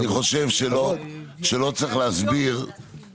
אני חושב שלא צריך להסביר